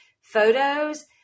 Photos